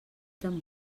tan